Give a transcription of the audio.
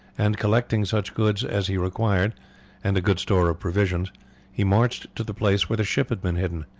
and collecting such goods as he required and a good store of provisions he marched to the place where the ship had been hidden.